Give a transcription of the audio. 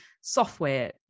software